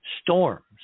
storms